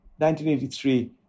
1983